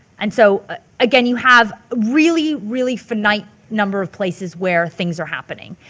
and so again you have really, really finite number of places where things are happening.